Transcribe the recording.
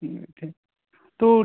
नय ठीक तो